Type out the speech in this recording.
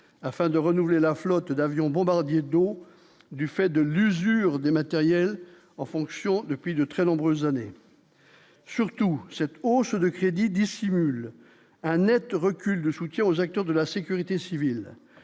afin de renouveler la flotte d'avions bombardiers d'eau du fait de l'usure des matériels en fonction depuis de très nombreuses années. Surtout, cette hausse de crédits dissimule un Net recul de soutien aux acteurs de la sécurité civile,